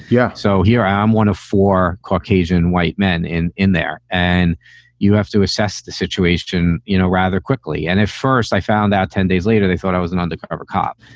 yeah. so here i'm one of four caucasian white men in in there. and you have to assess the situation. you know, rather quickly. and at first i found out ten days later they thought i was an undercover cop,